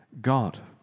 God